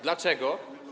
Dlaczego?